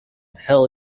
hell